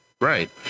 Right